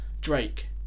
Drake